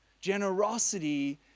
Generosity